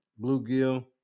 bluegill